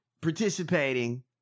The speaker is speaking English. participating